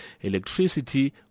electricity